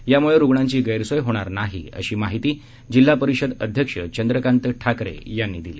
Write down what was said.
यामुळे रुग्णांची गैरसोय होणार नाही अशी माहिती जिल्हा परिषद अध्यक्ष चंद्रकांत ठाकरे यांनी दिली